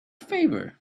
favor